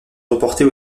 reporter